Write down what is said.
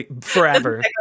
Forever